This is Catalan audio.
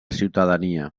ciutadania